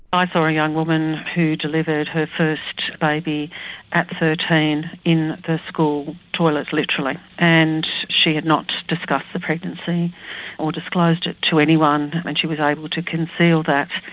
i saw a young woman who delivered her first baby at thirteen in the school toilet literally and she had not discussed the pregnancy or disclosed it to anyone and she was able to conceal that.